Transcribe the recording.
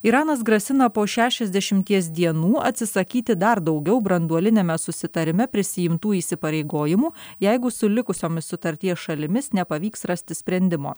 iranas grasina po šešiasdešimties dienų atsisakyti dar daugiau branduoliniame susitarime prisiimtų įsipareigojimų jeigu su likusiomis sutarties šalimis nepavyks rasti sprendimo